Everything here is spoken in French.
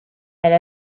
elle